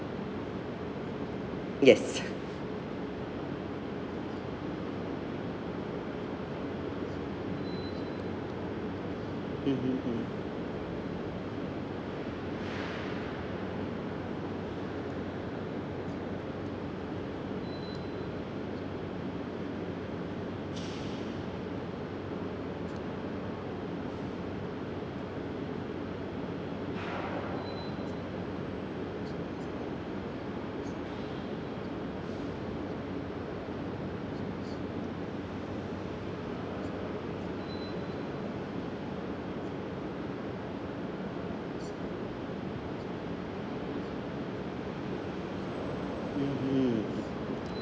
yes mmhmm mmhmm